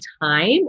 time